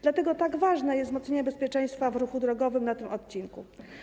Dlatego tak ważne jest wzmocnienie bezpieczeństwa w ruchu drogowym na tym odcinku.